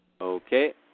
Okay